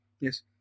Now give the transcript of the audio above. Yes